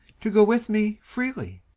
to go with me freely?